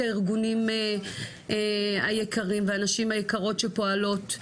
הארגונים היקרים והנשים היקרות שפועלות,